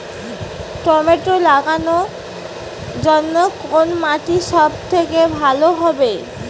Tomato লাগানোর জন্যে কোন মাটি সব থেকে ভালো হবে?